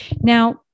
Now